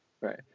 right